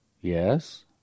Yes